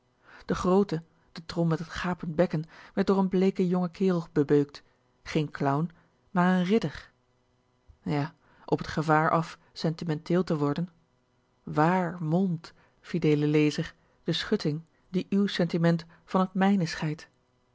de groote de trom met t gapend bekken werd door n bleeken jongen kerel bebeuktgeen clown maar n r i d d e r ja op t gevaar af sentimenteel te worden wààr molmt fideele lezer de schutting die uw sentiment van t mijne scheidt